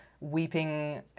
Weeping